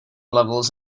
levels